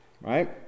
Right